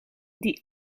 die